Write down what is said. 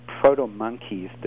proto-monkeys